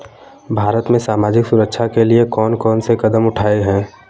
भारत में सामाजिक सुरक्षा के लिए कौन कौन से कदम उठाये हैं?